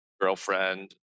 girlfriend